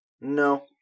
no